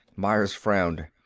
myers frowned.